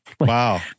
Wow